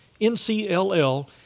NCLL